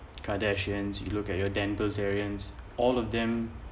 kadarshian's you look at your denver's aliens all of them